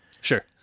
Sure